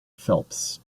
phelps